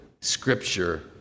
Scripture